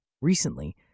Recently